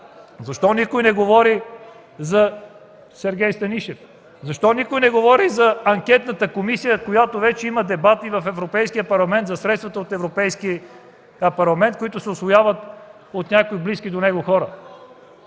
Защо никой не говори за Сергей Станишев? Защо никой не говори за анкетната комисия, като вече има дебати в Европейския парламент за средствата, които се усвояват от някои близки до него хора?